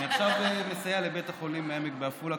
אני עכשיו מסייע לבית החולים העמק בעפולה,